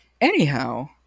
Anyhow